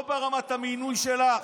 לא ברמת המינוי שלך?